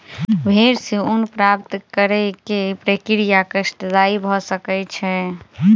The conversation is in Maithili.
भेड़ सॅ ऊन प्राप्त करै के प्रक्रिया कष्टदायी भ सकै छै